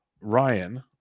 Ryan